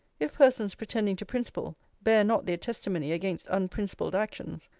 if persons pretending to principle, bear not their testimony against unprincipled actions,